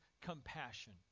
compassion